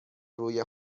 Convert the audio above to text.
روی